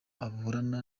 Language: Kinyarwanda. aburana